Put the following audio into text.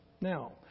Now